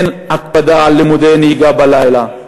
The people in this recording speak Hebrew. אין הקפדה על לימודי נהיגה בלילה,